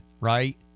right